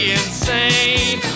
insane